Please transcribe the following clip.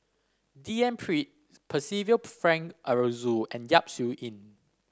D N Pritt Percival Frank Aroozoo and Yap Su Yin